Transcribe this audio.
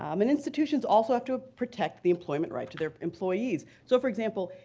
um and institutions also have to ah protect the employment right to their employees. so for example,